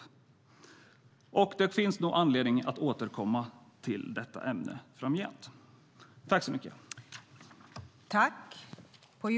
Det finns nog anledning att framgent återkomma till detta ämne.